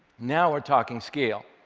now we're talking scale.